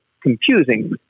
confusing